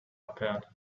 appeared